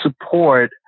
support